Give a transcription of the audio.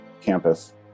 campus